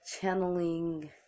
channeling